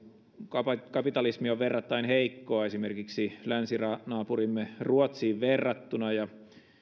kansankapitalismi on verrattain heikkoa esimerkiksi länsinaapuriimme ruotsiin verrattuna